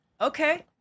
Okay